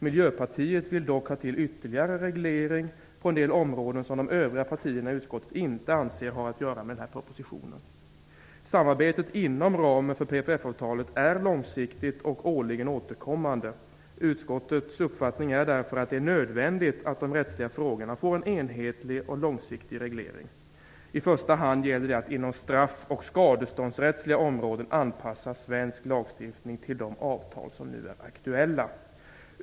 Miljöpartiet vill dock ha ytterligare reglering på en del områden som de övriga partierna i utskottet inte anser har att göra med den här propositionen. Samarbetet inom ramen för PFF-avtalet är långsiktigt och årligen återkommande. Utskottets uppfattning är därför att det är nödvändigt att de rättsliga frågorna får en enhetlig och långsiktig reglering. I första hand gäller det att inom straff och skadeståndsrättsliga områden anpassa svensk lagstiftning till de avtal som nu är aktuella.